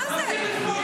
מה זה?